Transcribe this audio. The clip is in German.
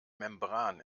membran